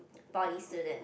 poly student